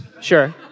sure